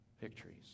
victories